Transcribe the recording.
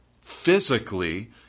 physically